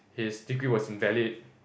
his degree was invalid